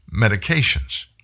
medications